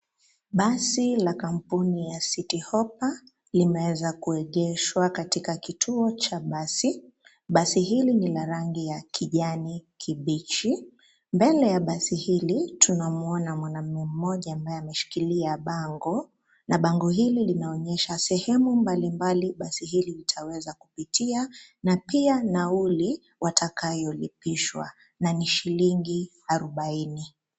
Basi la kampuni ya citi hoppa limeweza kuegeshwa katika kituo cha basi. Basi hili lina rangi ya kijani kibichi. Mbele ya basi hili tunamwona mwanaume mmoja ambaye ameshikilia bango na bango hili linaonyesha sehemu mbalimbali basi hili litaweza kupitia. Na pia nauli watakayo lipishwa na ni shilingi arobaini.